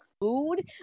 food